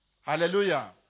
Hallelujah